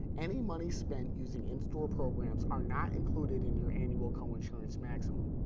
any money spent using in-store programs are not included in your annual coinsurance maximum.